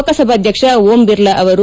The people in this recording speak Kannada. ಲೋಕಸಭಾಧ್ಯಕ್ಷ ಓಂ ಬಿರ್ಲಾ ಅವರು